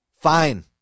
fine